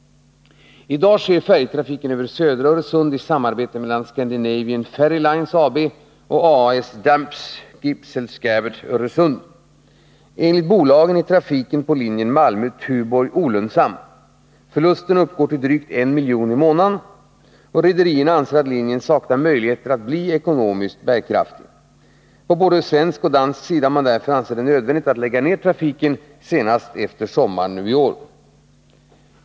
I dag sker färjetrafiken över södra Öresund i samarbete mellan Scandinavian Ferry Lines AB och A/S Dampskibsselskabet Öresund. Enligt bolagen är trafiken på linjen Malmö-Tuborg olönsam. Förlusterna uppgår till drygt 1 milj.kr. per månad. Rederierna anser att linjen saknar möjligheter att bli ekonomiskt bärkraftig. På såväl svensk som dansk sida har man därför ansett det nödvändigt att trafiken läggs ned, senast efter sommaren i år.